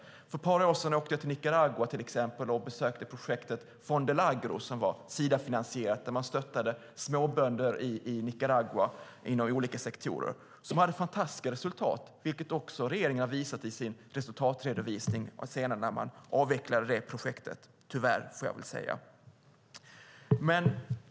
För ett par år sedan åkte jag till exempel till Nicaragua och besökte projektet Fondeagro, som var Sidafinansierat, där man stöttade småbönder i Nicaragua inom olika sektorer. De hade fantastiska resultat, vilket regeringen också har visat i sin resultatredovisning, och senare när man avvecklade projektet - tyvärr, får jag väl säga.